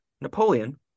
Napoleon